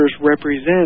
represent